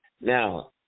Now